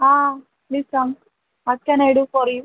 ആ please come what can I do for U